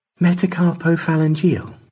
Metacarpophalangeal